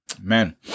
man